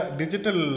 digital